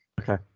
Okay